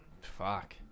Fuck